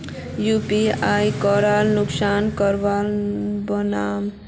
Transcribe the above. UPI code कुंसम करे बनाम?